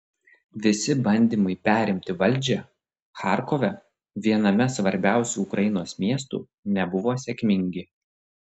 visi bandymai perimti valdžią charkove viename svarbiausių ukrainos miestų nebuvo sėkmingi